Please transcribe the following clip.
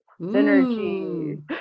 Synergy